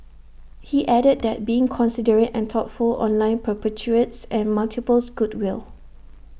he added that being considerate and thoughtful online perpetuates and multiples goodwill